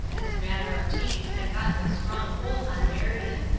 this matter of teas had gotten a strong hold on marion.